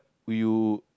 will you